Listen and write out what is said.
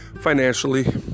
financially